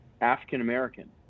african-american